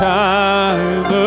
time